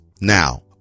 Now